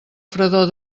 fredor